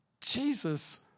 Jesus